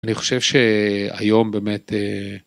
אני חושב שהיום באמת.